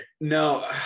No